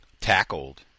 tackled